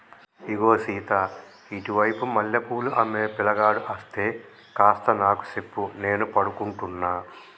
ఇగో సీత ఇటు వైపు మల్లె పూలు అమ్మే పిలగాడు అస్తే కాస్త నాకు సెప్పు నేను పడుకుంటున్న